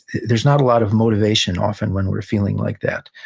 there's not a lot of motivation, often, when we're feeling like that.